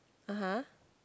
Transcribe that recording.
(uh huh)